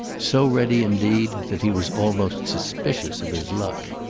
so ready, indeed, that he was almost suspicious of his luck.